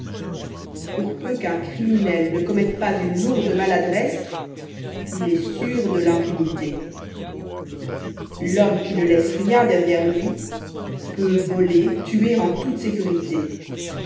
pour peu qu'un criminel ne commette pas une lourde maladresse il est sûr de l'impunité l'homme qui ne laisse rien derrière lui peut voler tuer en toute sécurité